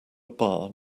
bar